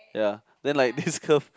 ya then like this curve